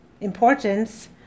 importance